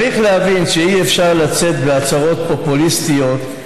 צריך להבין שאי-אפשר לצאת בהצהרות פופוליסטיות.